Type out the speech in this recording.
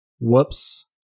whoops